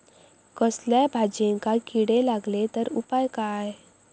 कसल्याय भाजायेंका किडे लागले तर उपाय काय?